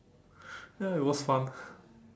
ya it was fun